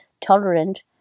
tolerant